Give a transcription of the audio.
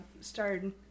started